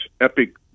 epic –